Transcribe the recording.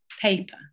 paper